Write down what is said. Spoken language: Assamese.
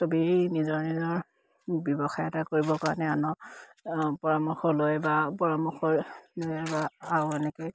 ছবেই নিজৰ নিজৰ ব্যৱসায় এটা কৰিবৰ কাৰণে আনৰ পৰামৰ্শ লয় বা পৰামৰ্শ লয় বা আৰু এনেকে